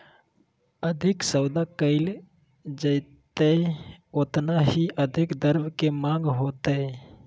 अधिक सौदा कइल जयतय ओतना ही अधिक द्रव्य के माँग होतय